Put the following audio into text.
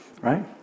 right